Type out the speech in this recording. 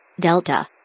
Delta